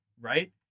right